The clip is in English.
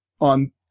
on